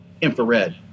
infrared